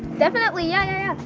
definitely. yeah,